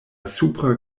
supra